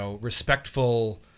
respectful